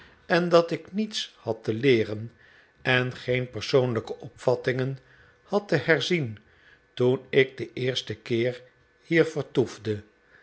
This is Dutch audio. en dat ik niets had te leeren en geen persoonlijke opvattingen had te herzien toen ik den eersten keer hier vertoefde